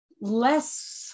less